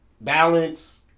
balance